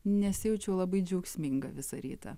nesijaučiau labai džiaugsminga visą rytą